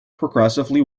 progressively